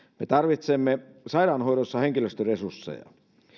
me tarvitsemme sairaanhoidossa henkilöstöresursseja